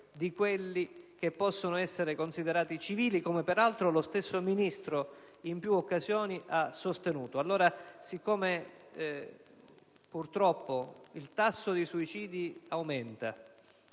di quelli che possono essere considerati civili, come peraltro lo stesso Ministro in più occasioni ha sostenuto. Purtroppo è in aumento il tasso di suicidi e,